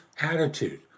attitude